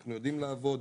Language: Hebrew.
אנחנו יודעים לעבוד,